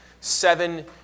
seven